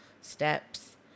steps